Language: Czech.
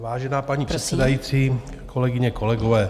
Vážená paní předsedající, kolegyně, kolegové.